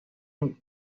rock